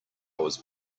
was